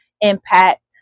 impact